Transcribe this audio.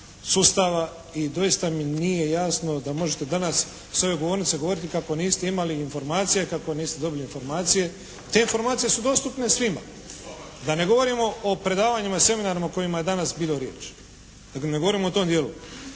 I doista mi nije jasno da možete danas s ove govornice govoriti kako niste imali informacije, kako niste dobili informacije. Te informacije su dostupne svima. Da ne govorimo o predavanjima, seminarima o kojima je danas bilo riječ. Da ne govorimo o tom dijelu.